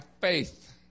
faith